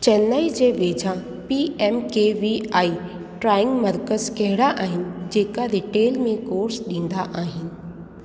चेन्नई जे वेझा P M K V I training मर्कज़ कहिॾा आहिनि जेका रीटेल में कोर्स ॾीन्दा आहिनि